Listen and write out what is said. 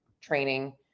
training